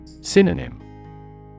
synonym